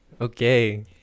Okay